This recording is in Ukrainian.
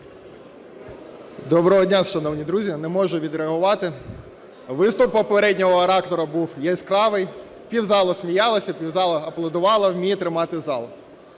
Доброго дня, шановні друзі! Не можу не відреагувати. Виступ попереднього оратора був яскравий: півзалу - сміялися, півзалу – аплодувало. Вміє тримати зал,